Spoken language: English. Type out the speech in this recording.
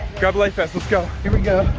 grab a life vest, let's go. here we go.